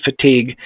fatigue